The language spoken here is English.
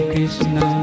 Krishna